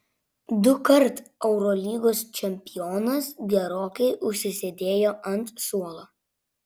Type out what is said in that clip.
dukart eurolygos čempionas gerokai užsisėdėjo ant suolo